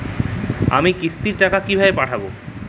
আমি কিস্তির টাকা কিভাবে পাঠাব?